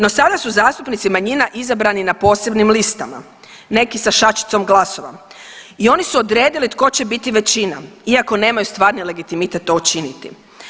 No, sada su zastupnici manjina izabrani na posebnim listama, neki sa šačicom glasova i oni su odredili tko će biti većina iako nemaju stvari legitimitet to učiniti.